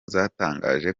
zatangaje